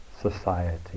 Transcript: society